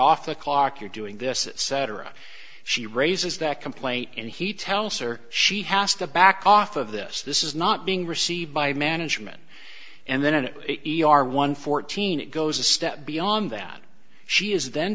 the clock you're doing this cetera she raises that complaint and he tell us or she has to back off of this this is not being received by management and then it e r one fourteen it goes a step beyond that she is then